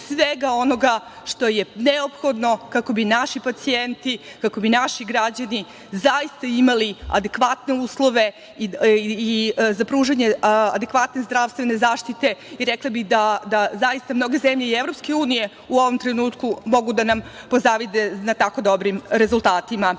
svega onoga što je neophodno kako bi naši pacijenti, kako bi naši građani zaista imali adekvatne uslove za pružanje adekvatne zdravstvene zaštite. Rekla bih da zaista mnoge zemlje i EU u ovom trenutku mogu da nam pozavide na tako dobrim rezultatima. Takođe,